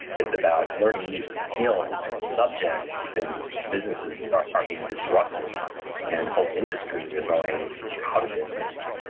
it's about learning new skills and subjects since businesses are are being disrupted and whole industries are going out of business.